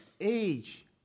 age